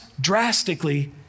drastically